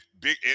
big